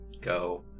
Go